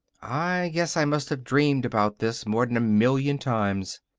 i guess i must have dreamed about this more'n a million times.